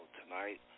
tonight